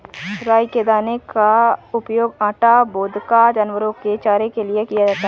राई के दाने का उपयोग आटा, वोदका, जानवरों के चारे के लिए किया जाता है